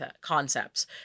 concepts